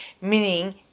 meaning